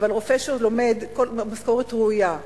משכורת ראויה.